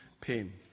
pain